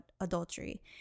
adultery